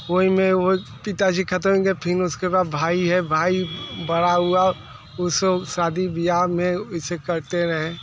वही में वो पिता जी ख़त्म हो गए फिर उसके बाद भाई है भाई बड़ा हुआ उसकी शादी बियाह में इसे करते रहें